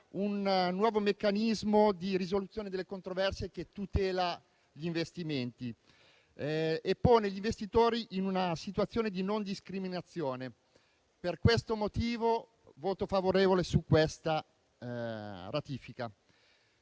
un nuovo meccanismo di risoluzione delle controversie che tutela gli investimenti e pone gli investitori in una situazione di non discriminazione. Per tale ragione, annuncio il voto favorevole del Gruppo sulla ratifica